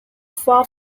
far